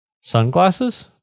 sunglasses